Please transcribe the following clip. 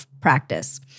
practice